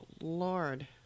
Lord